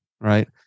Right